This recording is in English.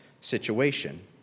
situation